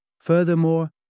Furthermore